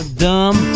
dumb